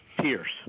tears